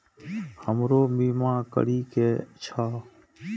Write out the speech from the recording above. हमरो बीमा करीके छः?